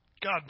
God